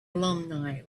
alumni